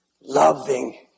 loving